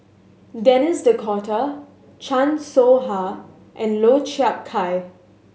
Denis D'Cotta Chan Soh Ha and Lau Chiap Khai